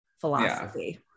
philosophy